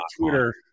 Twitter